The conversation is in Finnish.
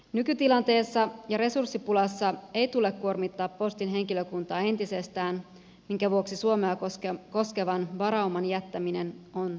nykytilanteessa ja resurssipulassa ei tule kuormittaa postin henkilökuntaa entisestään minkä vuoksi suomea koskevan varauman jättäminen on tarkoituksenmukaista